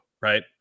right